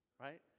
right